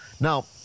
Now